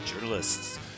journalists